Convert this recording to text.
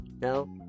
No